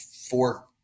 four